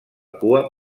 cua